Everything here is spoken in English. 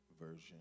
version